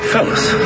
Fellas